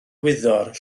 wyddor